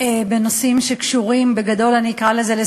בדגש על משרד החינוך,